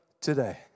today